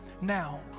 now